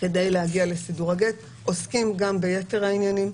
כדי להגיע לסידור הגט, עוסקים גם ביתר העניינים,